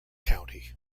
county